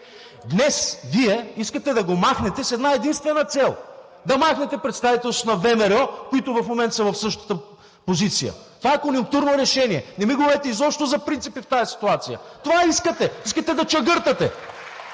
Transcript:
Днес Вие искате да го махнете с една единствена цел – да махнете представителството на ВМРО, които в момента са в същата позиция. Това е конюнктурно решение. Не ми говорете изобщо за принципи в тази ситуация. Това искате – искате да чегъртате.